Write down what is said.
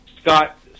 Scott